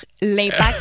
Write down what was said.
l'impact